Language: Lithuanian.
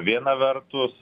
viena vertus